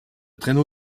traîneau